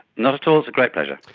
not at all, it's a great pleasure.